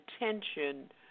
attention